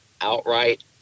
outright